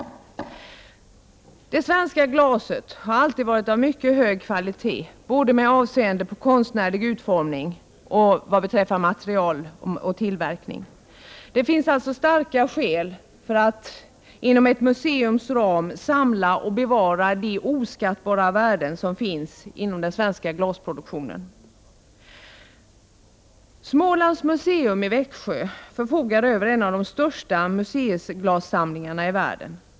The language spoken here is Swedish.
Det svenska glaset har alltid varit av mycket hög kvalitet med avseende på såväl konstnärlig utformning som material och tillverkning. Det finns alltså starka skäl för att inom ett museums ram samla och bevara de oskattbara värden som finns inom den svenska glasproduktionen. Smålands museum i Växjö förfogar över en av de största museiglassamlingarna i världen.